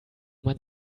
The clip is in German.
man